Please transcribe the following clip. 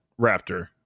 raptor